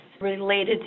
related